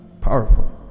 Powerful